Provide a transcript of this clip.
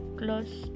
close